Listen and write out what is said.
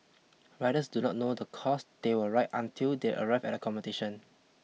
riders do not know the course they will ride until they arrive at the competition